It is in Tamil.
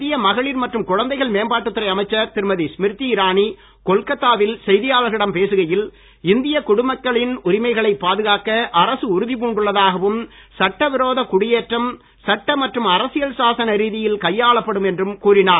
மத்திய மகளிர் மற்றும் குழந்தைகள் மேம்பாட்டுத் துறை அமைச்சர் திருமதி ஸ்மிருதி இரானி கொல்கத்தாவில் செய்தியாளர்களிடம் பேசுகையில் இந்திய குடிமக்களின் உரிமைகளை பாதுகாக்க அரசு உறுதிப் பூண்டுள்ளதாகவும் சட்ட விரோத குடியேற்றம் சட்ட மற்றும் அரசியல் சாசன ரீதியில் கையாளப்படும் என்றும் கூறினார்